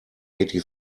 eighty